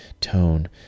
tone